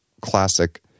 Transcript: classic